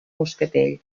moscatell